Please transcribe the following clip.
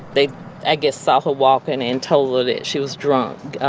they i guess saw her walking and told her that she was drunk,